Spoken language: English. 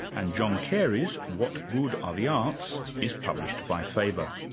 and john carey's, what good are the arts? is published by faber.